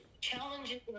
challenges